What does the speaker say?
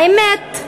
האמת,